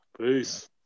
peace